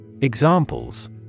Examples